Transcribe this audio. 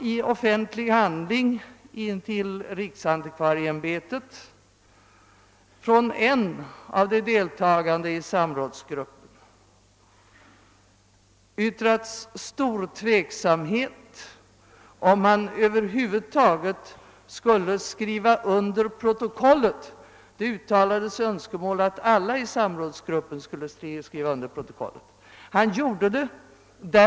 I en offentlig handling till riksantikvarieämbetet har en av de deltagande i samrådsgruppen uttalat stor tveksamhet om huruvida han skulle skriva under protokollet — önskemål hade framförts om att alla i samrådsgruppen skulle skriva under det.